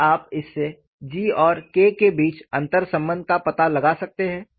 क्या आप इससे G और K के बीच अंतर्संबंध का पता लगा सकते हैं